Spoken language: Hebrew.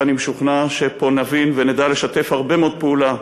ואני משוכנע שפה נבין ונדע לשתף פעולה,